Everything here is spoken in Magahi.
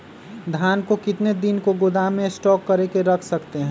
धान को कितने दिन को गोदाम में स्टॉक करके रख सकते हैँ?